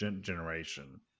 generation